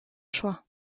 choix